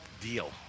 deal